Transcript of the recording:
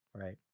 right